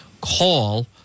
call